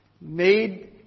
made